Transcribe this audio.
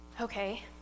Okay